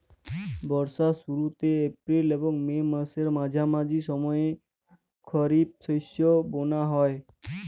বর্ষার শুরুতে এপ্রিল এবং মে মাসের মাঝামাঝি সময়ে খরিপ শস্য বোনা হয়